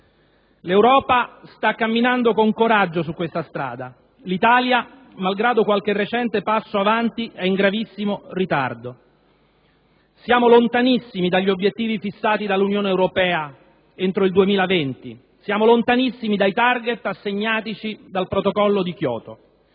L'Europa sta camminando con coraggio su questa strada; l'Italia, malgrado qualche recente passo avanti, è in gravissimo ritardo. Siamo lontanissimi dagli obiettivi fissati dall'Unione europea entro il 2020, siamo lontanissimi dai *target* assegnatici dal Protocollo di Kyoto.